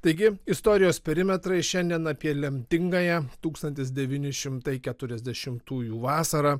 taigi istorijos perimetrai šiandien apie lemtingąją tūkstantis devyni šimtai keturiasdešimtųjų vasarą